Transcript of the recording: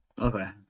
okay